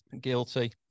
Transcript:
Guilty